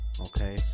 Okay